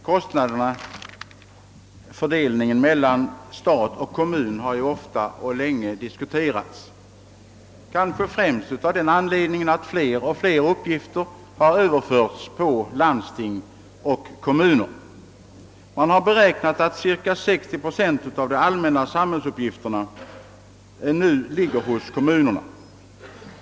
Herr talman! Kostnadsfördelningen mellan stat och kommun har ofta och länge diskuterats, kanske främst av den anledningen att allt fler uppgifter har överförts till landsting och kommuner; enligt beräkning åvilar nu cirka 60 procent av de allmänna samhällsuppgifterna kommunerna.